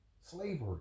slavery